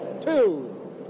two